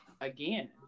again